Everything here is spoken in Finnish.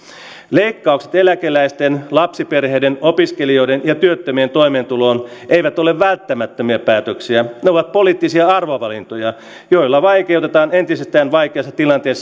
leikkaukset eläkeläisten lapsiperheiden opiskelijoiden ja työttömien toimeentuloon eivät ole välttämättömiä päätöksiä ne ovat poliittisia arvovalintoja joilla vaikeutetaan entisestään vaikeassa tilanteessa